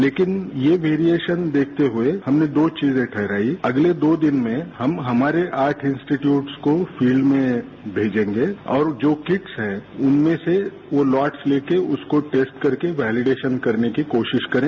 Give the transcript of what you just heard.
लेकिन ये वैरिएशन देखते हुए हमने दो चीजे ठहराई अगले दो दिन में हम हमारे आठ इंस्टीट्यूटस को फील्ड में भेजेंगे और जो किट्स है उनमें से वो लोट्स लेकर उसको टेस्ट करके वेलिडेशन करने की कोशिश करें